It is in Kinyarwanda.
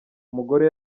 umugore